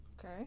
Okay